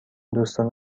دوستان